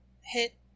hit